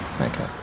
Okay